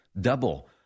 Double